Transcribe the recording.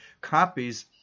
copies